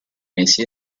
mesi